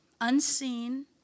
unseen